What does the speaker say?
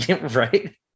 Right